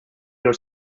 your